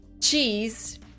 cheese